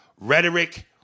rhetoric